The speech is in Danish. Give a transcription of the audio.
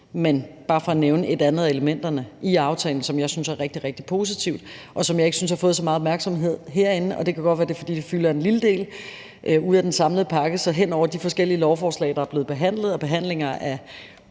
er bare for at nævne et andet af elementerne i aftalen, som jeg synes er rigtig, rigtig positivt, og som jeg ikke synes har fået så meget opmærksomhed herinde, og det kan godt være, det er, fordi det udgør en lille del ud af den samlede pakke. Så hen over de forskellige lovforslag, der er blevet behandlet, og behandlinger af